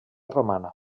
romana